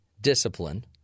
discipline